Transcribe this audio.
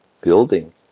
building